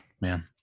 Man